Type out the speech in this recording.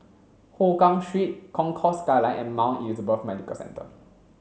Hougang Concourse Skyline and Mount Elizabeth Medical Centre